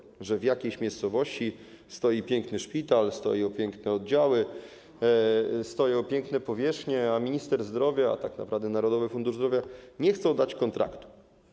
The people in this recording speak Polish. Chodzi o to, że w jakiejś miejscowości stoi piękny szpital, stoją piękne oddziały, piękne powierzchnie, a Minister Zdrowia - a tak naprawdę Narodowy Fundusz Zdrowia - nie chce dać kontraktu.